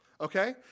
Okay